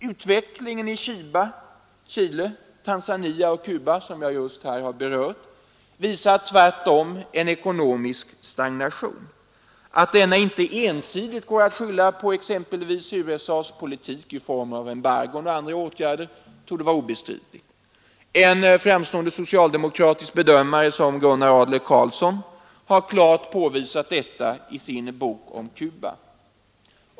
Utvecklingen i Chile, Tanzania och Cuba, som jag just har berört, visar tvärtom en ekonomisk stagnation. Att denna inte ensidigt går att skylla på exempelvis USA:s politik i form av embargon och andra åtgärder torde vara obestridligt. En så framstående socialdemokratisk bedömare som Gunnar Adler-Karlsson har klart påvisat detta i sin bok om Cuba.